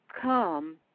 come